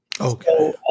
okay